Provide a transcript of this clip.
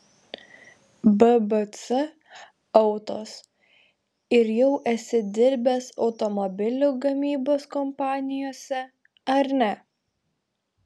bbc autos ir jau esi dirbęs automobilių gamybos kompanijose ar ne